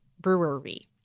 brewery